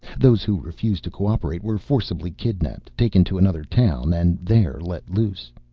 those who refused to cooperate were forcibly kidnapped, taken to another town and there let loose.